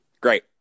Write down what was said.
Great